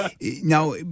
Now